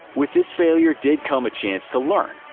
with this failure did come a chance to learn.